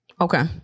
Okay